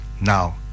Now